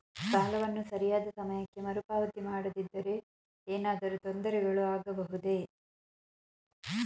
ಸಾಲವನ್ನು ಸರಿಯಾದ ಸಮಯಕ್ಕೆ ಮರುಪಾವತಿ ಮಾಡದಿದ್ದರೆ ಏನಾದರೂ ತೊಂದರೆಗಳು ಆಗಬಹುದೇ?